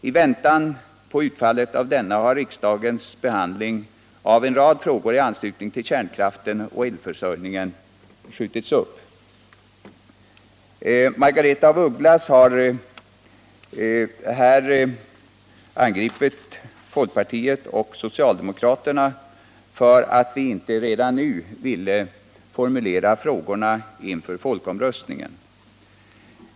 I väntan på utfallet av denna har riksdagens behandling av en rad frågor i anslutning till kärnkraften och elförsörjningen skjutits upp. Margaretha af Ugglas har här angripit folkpartiet och socialdemokraterna för att vi inte redan nu ville formulera frågorna inför folkomröstningen.